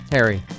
Harry